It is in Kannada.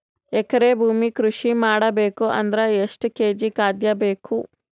ಎಕರೆ ಭೂಮಿ ಕೃಷಿ ಮಾಡಬೇಕು ಅಂದ್ರ ಎಷ್ಟ ಕೇಜಿ ಖಾದ್ಯ ಬೇಕು?